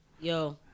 Yo